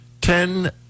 Ten